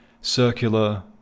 circular